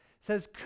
says